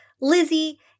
Lizzie